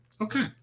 okay